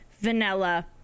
vanilla